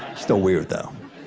still weird, though.